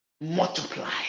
multiply